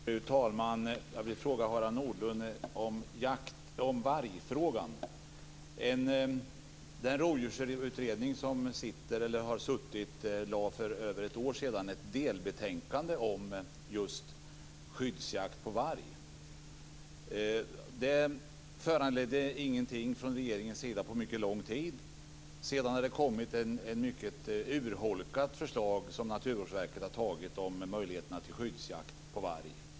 Fru talman! Jag vill fråga Harald Nordlund om vargen. Rovdjursutredningen lade för över ett år sedan fram ett delbetänkande om just skyddsjakt på varg. Det föranledde ingenting från regeringens sida på mycket lång tid. Sedan har det kommit ett mycket urholkat förslag som Naturvårdsverket har antagit om möjligheterna till skyddsjakt på varg.